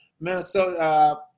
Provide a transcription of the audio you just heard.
Minnesota